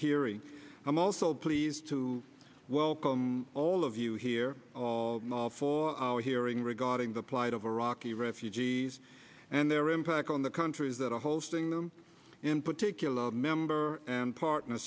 hearing i'm also pleased to welcome all of you here of all for our hearing regarding the plight of iraq e refugees and their impact on the countries that are hosting them in particular member and partner